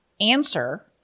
answer